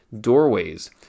doorways